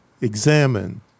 examine